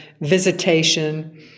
visitation